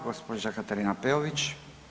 Gđa. Katarina Peović.